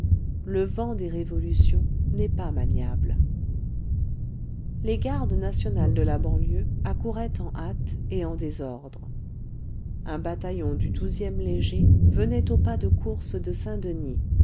le vent des révolutions n'est pas maniable les gardes nationales de la banlieue accouraient en hâte et en désordre un bataillon du ème léger venait au pas de course de saint-denis